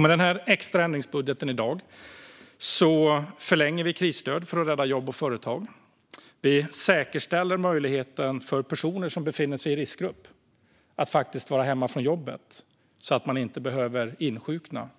Med denna extra ändringsbudget förlänger vi krisstöd för att rädda jobb och företag. Vi säkerställer möjligheten för personer som befinner sig i riskgrupp att vara hemma från jobbet, så att de inte behöver insjukna